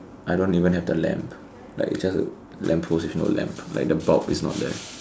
I don't even have the lamp like it's just a lamp post with no lamp like the bulb is not there